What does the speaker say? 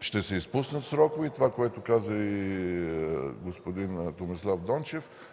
ще се изпуснат срокове. И това, което каза господин Томислав Дончев